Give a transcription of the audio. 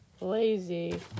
lazy